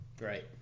right